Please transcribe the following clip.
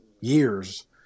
years